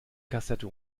kassette